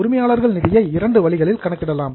உரிமையாளர்கள் நிதியை இரண்டு வழிகளில் கணக்கிடலாம்